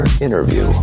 interview